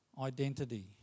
identity